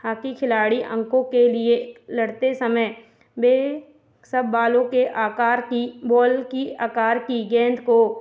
hockey खिलाड़ी अंकों के लिए लड़ते समय वे सब बालों के आकार की बॉल की अकार की गेंद को